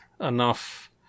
enough